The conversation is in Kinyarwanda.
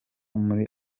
muri